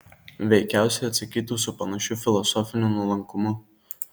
veikiausiai atsakytų su panašiu filosofiniu nuolankumu